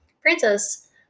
Francis